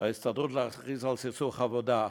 כוונת ההסתדרות להכריז על סכסוך עבודה.